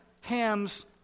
Ham's